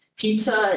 pizza